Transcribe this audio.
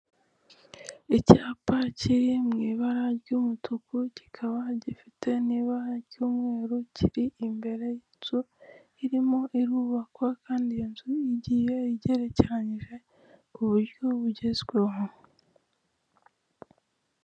Icyapa kiri mu ibara ry'umutuku kikaba gifite n'ibara ry'umweru kiri imbere y'inzu irimo irubakwa kandi iyo nzu igiye igerekeranyije ku buryo bugezweho.